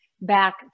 back